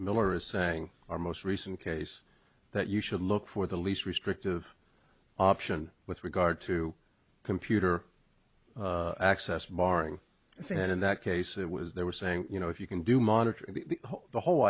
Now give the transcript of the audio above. miller is saying our most recent case that you should look for the least restrictive option with regard to computer access marring i think in that case it was they were saying you know if you can do monitoring the whole the whole